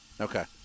Okay